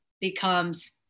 becomes